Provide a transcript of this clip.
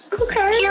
okay